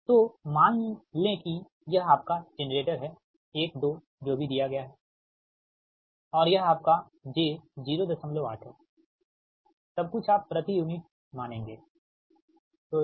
तो मान लें कि यह आपका जेनरेटर है 1 2 जो भी दिया गया है और यह आपका j 08 है सबकुछ आप प्रति यूनिट मानेंगे ठीक